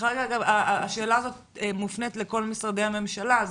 השאלה הזאת מופנית לכל משרדי הממשלה.